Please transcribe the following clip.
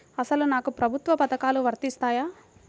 అసలు నాకు ప్రభుత్వ పథకాలు వర్తిస్తాయా?